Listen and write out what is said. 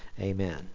Amen